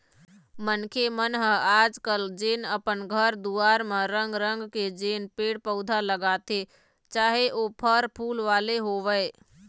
मनखे मन ह आज कल जेन अपन घर दुवार म रंग रंग के जेन पेड़ पउधा लगाथे चाहे ओ फर फूल वाले होवय